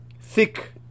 thick